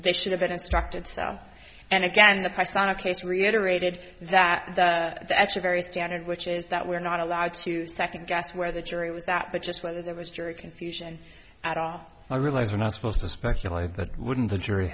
they should have been instructed so and again the press on a case reiterated that that's a very standard which is that we're not allowed to second guess where the jury was at but just whether there was jury confusion at all i realize we're not supposed to speculate but wouldn't the jury